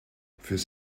fürs